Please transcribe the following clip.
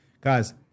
guys